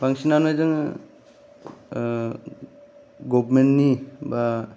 बांसिनानो जोङो गभमेन्टनि बा